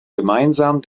gemeinsam